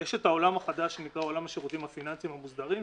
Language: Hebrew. יש את העולם החדש שנקרא עולם השירותים הפיננסיים המוסדרים,